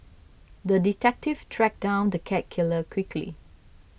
the detective tracked down the cat killer quickly